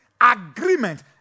Agreement